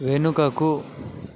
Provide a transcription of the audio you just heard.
వెనుకకు